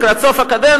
לקראת סוף הקדנציה,